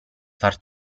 far